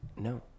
no